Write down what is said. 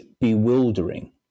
bewildering